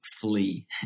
flee